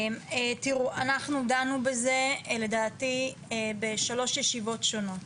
אנחנו דנו בזה לדעתי בשלוש ישיבות שונות.